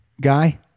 guy